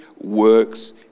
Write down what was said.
works